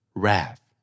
wrath